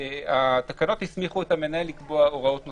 התקנות הסמיכו את המנהל לקבוע הוראות נוספות,